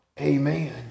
Amen